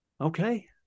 Okay